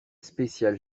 spéciale